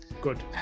good